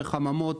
בחממות,